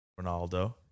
Ronaldo